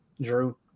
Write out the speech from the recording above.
Drew